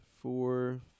four